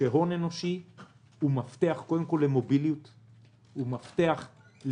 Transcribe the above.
שהון אנושי הוא מפתח למוביליות ולקדמה,